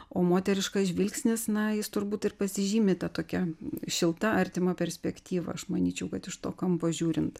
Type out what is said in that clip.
o moteriškas žvilgsnis na jis turbūt ir pasižymi ta tokia šilta artima perspektyva aš manyčiau kad iš to kampo žiūrint